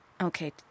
Okay